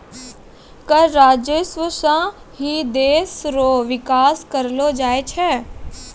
कर राजस्व सं ही देस रो बिकास करलो जाय छै